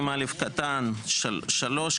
ב-60(2)(א)(3),